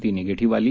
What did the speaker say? ती निगेटिव्ह आली